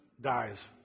dies